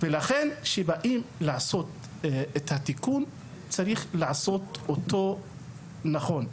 ולכן כשבאים לעשות את התיקון צריך לעשות אותו נכון.